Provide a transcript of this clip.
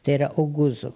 tai yra ogūzų